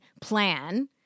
plan